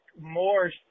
more